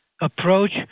approach